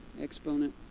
exponent